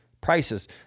prices